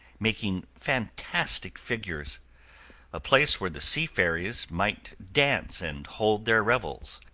making fantastic figures a place where the sea fairies might dance and hold their revels,